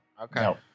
Okay